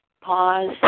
pause